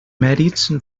mèrits